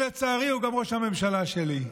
שלצערי הוא גם ראש הממשלה שלי.